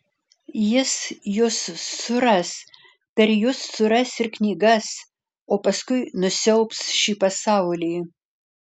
jis jus suras per jus suras ir knygas o paskui nusiaubs šį pasaulį